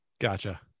Gotcha